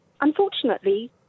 unfortunately